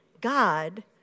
God